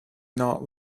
not